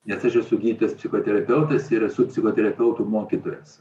nes aš esu gydytojas psichoterapeutas ir esu psicho terapeutų mokytojas